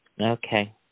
Okay